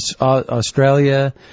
Australia